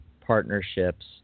partnerships